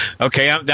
Okay